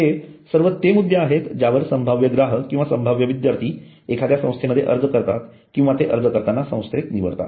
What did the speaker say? हे सर्व ते मुद्दे आहेत ज्यावर संभाव्य ग्राहक किंवा संभाव्य विद्यार्थी एखाद्या संस्थेमध्ये अर्ज करतात किंवा ते अर्ज करताना संस्थेस निवडतील